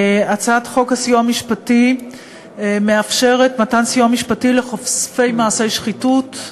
הצעת חוק הסיוע המשפטי מאפשרת מתן סיוע משפטי לחושפי מעשי שחיתות.